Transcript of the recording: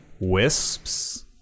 Wisps